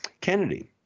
Kennedy